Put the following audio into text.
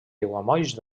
aiguamolls